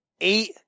Eight